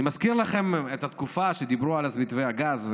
אני מזכיר לכם את התקופה שדיברו על מתווה הגז,